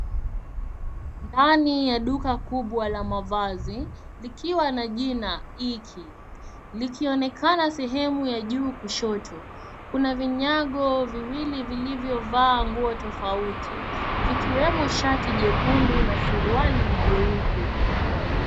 Ndani ya duka kubwa la mavazi likiwa na jina IKI linaonekana sehemu ya juu kushoto. Kuna vinyago viwili vilivyo vaa nguo tofauti vikiwemo shati jekundu na suruali jeupe.